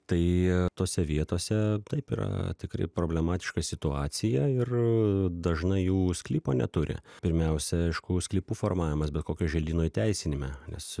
tai tose vietose taip yra tikrai problematiška situacija ir dažnai jų sklypo neturi pirmiausia aišku sklypų formavimas bet kokio želdynų įteisinime nes